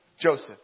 Joseph